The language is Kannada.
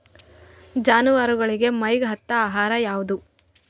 ಜಾನವಾರಗೊಳಿಗಿ ಮೈಗ್ ಹತ್ತ ಆಹಾರ ಯಾವುದು?